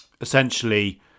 essentially